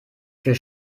für